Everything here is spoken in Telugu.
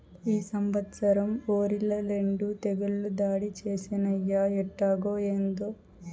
ఈ సంవత్సరం ఒరిల రెండు తెగుళ్ళు దాడి చేసినయ్యి ఎట్టాగో, ఏందో